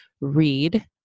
read